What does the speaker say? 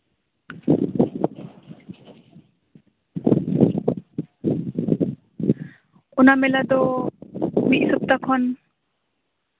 ᱚᱱᱟ ᱢᱮᱞᱟ ᱫᱚ ᱢᱤᱫ ᱥᱚᱯᱛᱟᱦᱚ ᱠᱷᱚᱱ